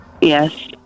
Yes